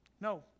No